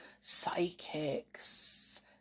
psychics